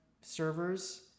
servers